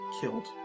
killed